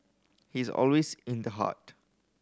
he's always in the heart